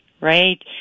Right